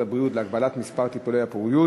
הבריאות בדבר הגבלת מספר טיפול הפוריות